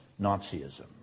Nazism